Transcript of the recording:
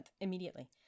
immediately